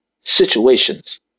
situations